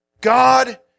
God